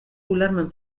ulermen